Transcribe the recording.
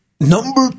Number